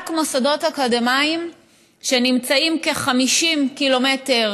מוסדות אקדמיים שנמצאים כ-50 קילומטרים